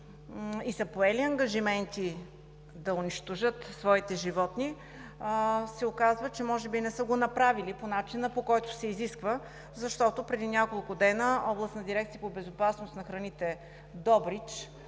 и са поели ангажименти да унищожат своите животни, се оказва, че може би не са го направили по начина, по който се изисква, защото преди няколко дни Областна дирекция по безопасност на храните – Добрич,